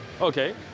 Okay